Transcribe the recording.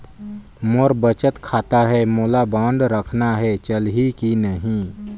मोर बचत खाता है मोला बांड रखना है चलही की नहीं?